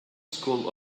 school